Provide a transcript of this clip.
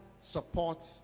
support